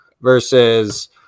versus